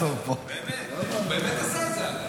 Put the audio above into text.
אגב, הוא באמת עשה את זה.